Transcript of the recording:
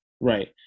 Right